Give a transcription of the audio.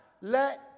let